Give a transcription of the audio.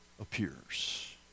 appears